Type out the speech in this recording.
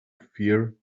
fear